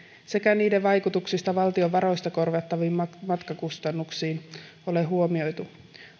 sekä niiden vaikutuksista valtion varoista korvattaviin matkakustannuksiin ei ole huomioitu